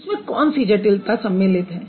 उसमें कौन सी जटिलता सम्मिलित है